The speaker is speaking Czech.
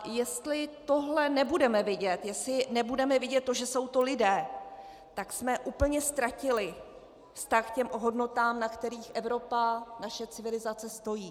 Jestli tohle nebudeme vidět, jestli nebudeme vidět, že jsou to lidé, tak jsme úplně ztratili vztah k hodnotám, na kterých Evropa, naše civilizace stojí.